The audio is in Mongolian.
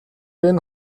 энэ